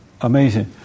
amazing